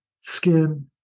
skin